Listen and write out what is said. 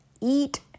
eat